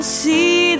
see